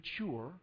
mature